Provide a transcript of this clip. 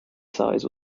size